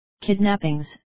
kidnappings